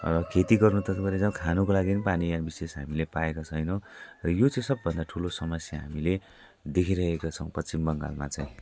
र खेती गर्नु त परै जाओस् खानुको लागि पनि पानी यहाँ विशेष हामीले पाएका छैनौँ र यो चाहिँ सबभन्दा ठुलो समस्या हामीले देखिरहेका छौँ पश्चिम बङ्गालमा चाहिँ